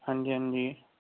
ਹਾਂਜੀ ਹਾਂਜੀ